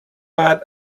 add